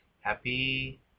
Happy